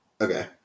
Okay